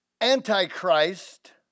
antichrist